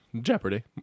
Jeopardy